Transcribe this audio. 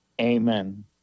Amen